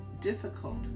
difficult